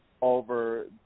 Over